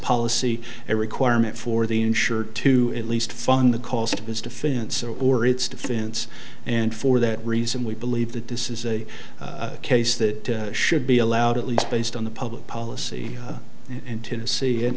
policy a requirement for the insurer to at least fund the cost of its defense or its defense and for that reason we believe that this is a case that should be allowed at least based on the public policy and to see and